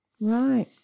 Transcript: Right